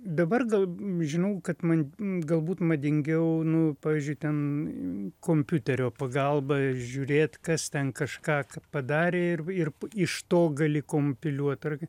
dabar gal žinau kad ma galbūt madingiau nu pavyzdžiui ten kompiuterio pagalba žiūrėt kas ten kažką padarė ir ir iš to gali kompiliuot ar